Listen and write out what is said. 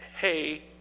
hey